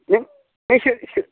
नों सोर